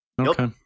Okay